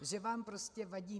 Že vám prostě vadíme.